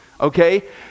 okay